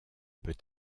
peut